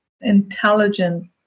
intelligent